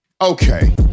Okay